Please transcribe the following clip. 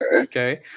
Okay